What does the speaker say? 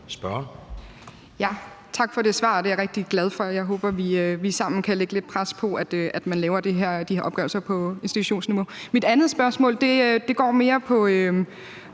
Tak for det svar, det er jeg rigtig glad for, og jeg håber, at vi sammen kan lægge lidt pres på, så man laver de her opgørelser på institutionsniveau. Mit andet spørgsmål går mere på